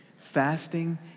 Fasting